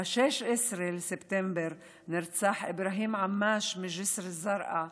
ב-16 בספטמבר נרצח אברהים עמאש מג'יסר א-זרקא,